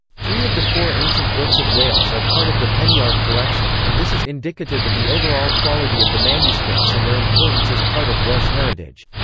three of the four ancient books of wales are part of the peniarth collection, and this is indicative of the overall quality of the manuscripts and their importance as part of welsh heritage.